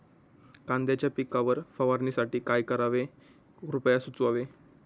कांद्यांच्या पिकावर फवारणीसाठी काय करावे कृपया सुचवावे